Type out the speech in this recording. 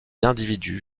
individus